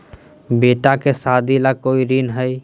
बेटी के सादी ला कोई ऋण हई?